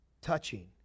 touching